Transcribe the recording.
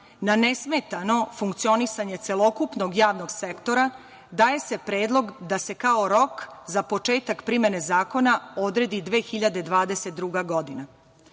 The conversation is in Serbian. na nesmetano funkcionisanje celokupnog javnog sektora, daje se predlog da se kao rok za početak primene zakona odredi 2022. godina.Za